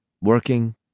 working